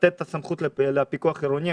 צריך לתת את הסמכות לפיקוח העירוני.